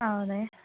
ಹೌದೆ